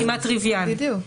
כמעט טריוויאלית.